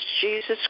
Jesus